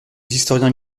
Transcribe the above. historiens